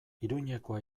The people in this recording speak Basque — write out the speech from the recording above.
iruñekoa